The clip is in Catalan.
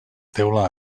teula